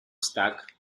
stack